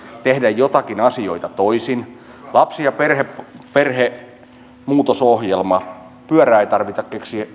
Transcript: tehdä joitakin asioita toisin lapsi ja perhemuutosohjelma pyörää ei tarvitse